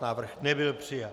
Návrh nebyl přijat.